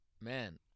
man